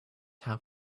have